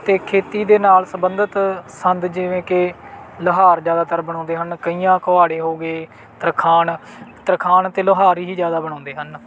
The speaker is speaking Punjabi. ਅਤੇ ਖੇਤੀ ਦੇ ਨਾਲ ਸੰਬੰਧਿਤ ਸੰਦ ਜਿਵੇਂ ਕਿ ਲੁਹਾਰ ਜ਼ਿਆਦਾਤਰ ਬਣਾਉਂਦੇ ਹਨ ਕਹੀਆਂ ਕੁਹਾੜੇ ਹੋ ਗਏ ਤਰਖਾਣ ਤਰਖਾਣ ਅਤੇ ਲੁਹਾਰ ਹੀ ਜ਼ਿਆਦਾ ਬਣਾਉਂਦੇ ਹਨ